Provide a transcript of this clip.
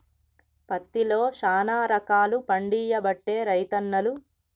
పత్తిలో శానా రకాలు పండియబట్టే రైతన్నలు